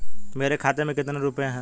मेरे खाते में कितने रुपये हैं?